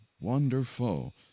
wonderful